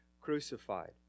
crucified